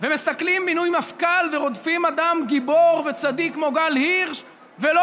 ומסכלים מינוי מפכ"ל ורודפים אדם גיבור וצדיק כמו גל הירש ולא